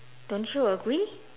don't you agree